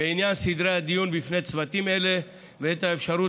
בעניין סדרי הדיון בפני צוותים אלה ואת האפשרות